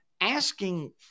asking